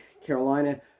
Carolina